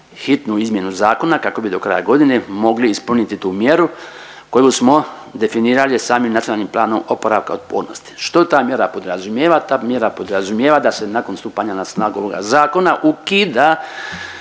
hitnu izmjenu zakona kako bi do kraja godine mogli ispuniti tu mjeru koju smo definirali samim NPOO-om. Što ta mjera podrazumijeva? Ta mjera podrazumijeva da se nakon stupanja na snagu ovoga zakona ukida